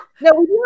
No